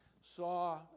saw